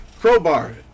crowbar